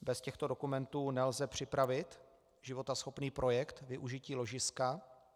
Bez těchto dokumentů nelze připravit životaschopný projekt využití ložiska.